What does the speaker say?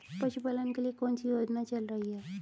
पशुपालन के लिए कौन सी योजना चल रही है?